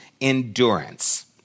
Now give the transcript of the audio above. endurance